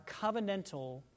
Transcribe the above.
covenantal